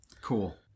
Cool